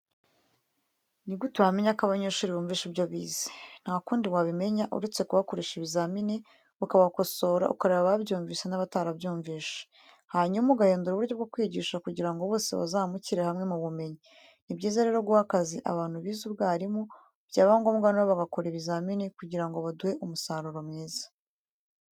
Ni gute wamenya ko abanyeshuri bumvise ibyo bize? Ntakundi wabimenya uretse kubakoresha ibizamini, ukabakosora ukareba ababyumvishe n'abatarabyumvishe, hanyuma ugahindura uburyo bwo kwigisha kugira ngo bose bazamukire hawe mu bumenyi. Ni byiza rero guha akazi abantu bize ubwarimu byaba ngombwa na bo bagakora ibizamini kugira ngo baduhe umusaruro mwiza.